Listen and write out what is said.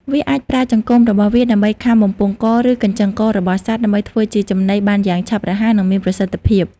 វាអាចប្រើចង្កូមរបស់វាដើម្បីខាំបំពង់ក ឬកញ្ចឹងករបស់សត្វ ដើម្បីធ្វើជាចំណីបានយ៉ាងឆាប់រហ័ស និងមានប្រសិទ្ធភាព។